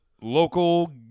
local